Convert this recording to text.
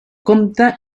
compte